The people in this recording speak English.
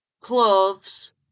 cloves